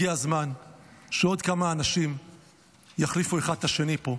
הגיע הזמן שעוד כמה אנשים יחליפו אחד את השני פה,